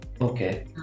Okay